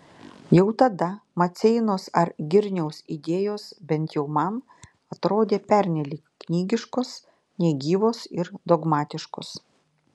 jau tada maceinos ar girniaus idėjos bent jau man atrodė pernelyg knygiškos negyvos ir dogmatiškos